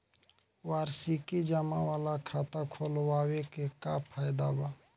वार्षिकी जमा वाला खाता खोलवावे के का फायदा बा?